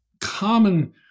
common